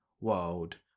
world